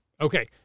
Okay